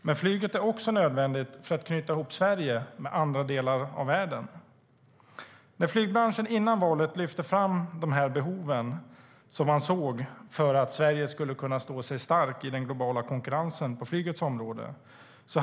Men flyget är också nödvändigt för att knyta ihop Sverige med andra delar av världen. Flygbranschen lyfte, före valet, fram de behov de såg för att Sverige skulle kunna stå starkt i den globala konkurrensen på flygets område.